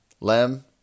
lem